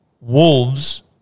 wolves